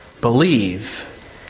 believe